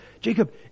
Jacob